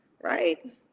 right